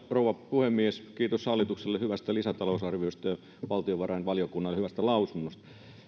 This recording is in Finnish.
rouva puhemies kiitos hallitukselle hyvästä lisätalousarviosta ja valtiovarainvaliokunnalle hyvästä mietinnöstä